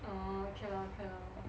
orh okay lor okay lor